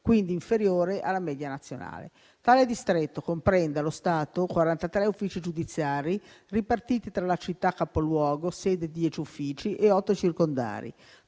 (quindi inferiore rispetto alla media nazionale). Tale distretto comprende allo stato 43 uffici giudiziari, ripartiti tra la città capoluogo (sede di dieci uffici) e otto circondari;